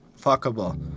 fuckable